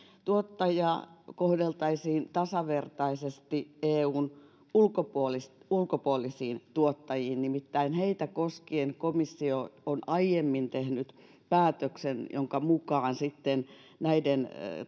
tuottajia kohdeltaisiin tasavertaisesti eun ulkopuolisiin tuottajiin verrattuna nimittäin heitä koskien komissio on aiemmin tehnyt päätöksen jonka mukaan näiden